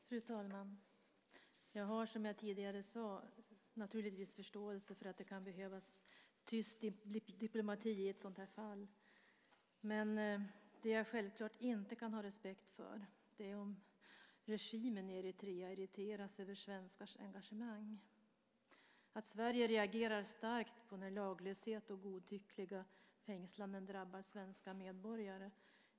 Fru talman! Jag har, som jag tidigare sade, naturligtvis förståelse för att det kan behövas tyst diplomati i ett sådant här fall. Men det jag självfallet inte kan ha respekt för är om regimen i Eritrea irriteras över svenskars engagemang. Det är en självklarhet att Sverige reagerar starkt när laglöshet och godtyckliga fängslanden drabbar svenska medborgare.